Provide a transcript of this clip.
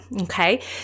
Okay